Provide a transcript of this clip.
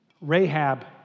Rahab